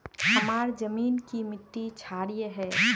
हमार जमीन की मिट्टी क्षारीय है?